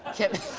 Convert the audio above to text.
kevin.